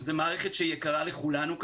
זו מערכת שיקרה לכולנו.